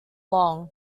long